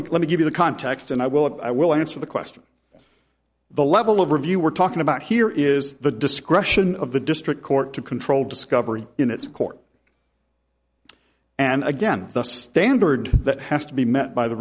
me let me give you the context and i will if i will answer the question the level of review we're talking about here is the discretion of the district court to control discovery in its court and again the standard that has to be met by the